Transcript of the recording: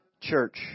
church